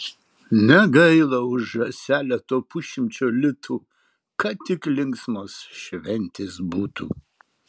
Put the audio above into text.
negaila už žąselę to pusšimčio litų kad tik linksmos šventės būtų